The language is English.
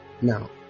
Now